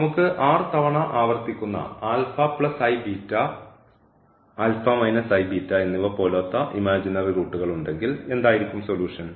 നമുക്ക് തവണ ആവർത്തിക്കുന്ന എന്നിവ പോലോത്ത ഇമാജിനറി റൂട്ടുകൾ ഉണ്ടെങ്കിൽ എന്തായിരിക്കും സൊല്യൂഷൻ